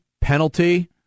penalty